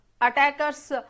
attackers